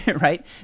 right